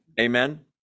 Amen